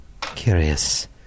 Curious